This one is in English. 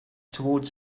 towards